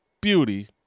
beauty